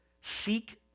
seek